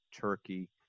Turkey